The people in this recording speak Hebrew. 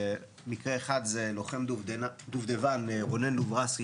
מקרה אחד זה לוחם דובדבן רונן לוברסקי